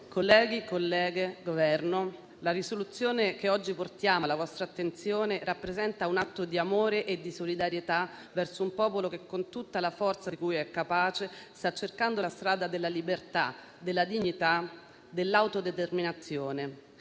Governo, la proposta di risoluzione che oggi portiamo alla vostra attenzione rappresenta un atto di amore e di solidarietà verso un popolo che, con tutta la forza di cui è capace, sta cercando la strada della libertà, della dignità e dell'autodeterminazione.